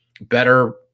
better